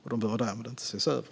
De behöver därmed inte ses över.